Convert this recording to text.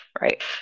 Right